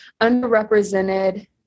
underrepresented